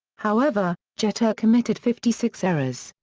however, jeter committed fifty six errors,